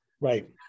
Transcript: Right